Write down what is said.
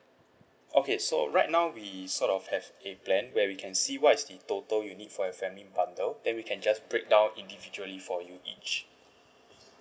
okay so right now we sort of have a plan where we can see what is the total you need for your family bundle then we can just break down individually for you each